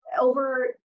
over